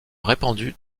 répandue